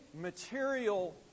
material